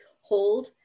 hold